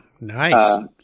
Nice